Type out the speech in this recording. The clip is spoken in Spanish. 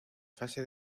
fase